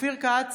אופיר כץ,